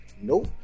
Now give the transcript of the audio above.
Nope